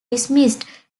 dismissed